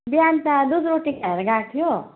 बिहान त दुध रोटी खाएर गएको थियो